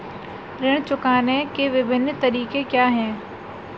ऋण चुकाने के विभिन्न तरीके क्या हैं?